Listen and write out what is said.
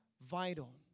vital